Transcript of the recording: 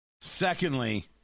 Secondly